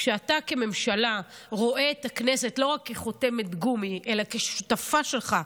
כשאתה כממשלה רואה את הכנסת לא רק כחותמת גומי אלא כשותפה שלך,